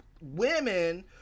women